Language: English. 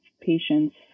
patients